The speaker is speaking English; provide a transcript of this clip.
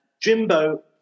Jimbo